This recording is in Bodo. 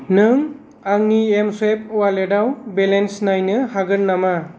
नों आंनि एमस्वुइफ अवालेटाव बेलेन्स नायनो हागोन नामा